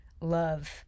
love